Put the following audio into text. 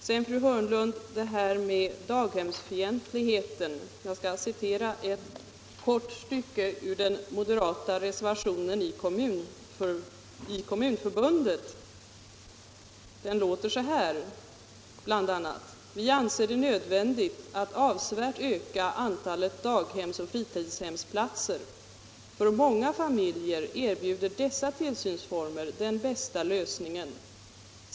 Vidare, fru Hörnlund, vill jag till talet om daghemsfientligheten citera ett kort stycke ur den moderata reservationen i Kommunförbundet: ”Vi anser det nödvändigt att avsevärt öka antalet daghemsoch fritidshemsplatser. För många familjer erbjuder dessa tillsynsformer den bästa lösningen.